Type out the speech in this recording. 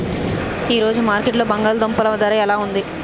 ఈ రోజు మార్కెట్లో బంగాళ దుంపలు ధర ఎలా ఉంది?